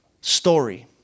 story